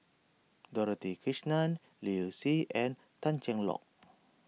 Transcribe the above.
Dorothy Krishnan Liu Si and Tan Cheng Lock